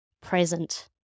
present